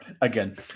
Again